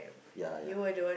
ya ya